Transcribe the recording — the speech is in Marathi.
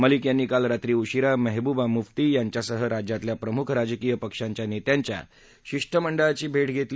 मलिक यांनी काल रात्री उशीरा मेहबुंबा मुफ्ती यांच्यासह राज्यातल्या प्रमुख राजकीय पक्षांच्या नेत्यांच्या शिष्टमंडळाची भेट घेतली